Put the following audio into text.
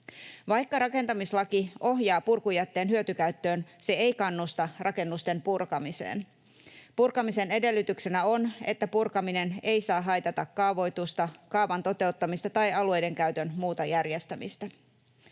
Vaikka rakentamislaki ohjaa purkujätteen hyötykäyttöön, se ei kannusta rakennusten purkamiseen. Purkamisen edellytyksenä on, että purkaminen ei saa haitata kaavoitusta, kaavan toteuttamista tai alueiden käytön muuta järjestämistä.